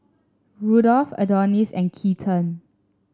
Rudolf Adonis and Keaton